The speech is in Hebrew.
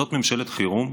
זאת ממשלת חירום?